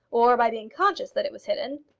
or by being conscious that it was hidden.